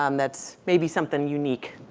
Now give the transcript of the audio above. um that's maybe something unique.